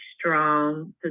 strong